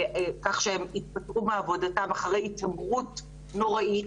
לכך שהן התפטרו מעבודתן אחרי התעמרות נוראית.